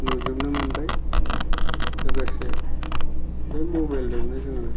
नुजोबनो मोनबाय लोगोसे बे मबेलजोंनो जोङो